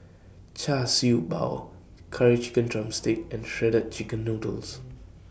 Char Siew Bao Curry Chicken Drumstick and Shredded Chicken Noodles